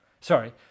Sorry